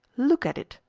look at it!